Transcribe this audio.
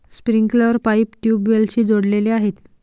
sprinkler pipe ट्यूबवेल्सशी जोडलेले आहे